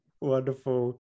Wonderful